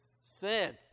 sin